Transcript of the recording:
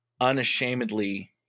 unashamedly